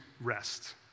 rest